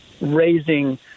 raising